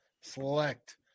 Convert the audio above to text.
select